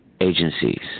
agencies